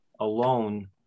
alone